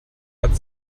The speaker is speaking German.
hat